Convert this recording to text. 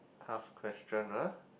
tough question ah